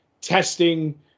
testing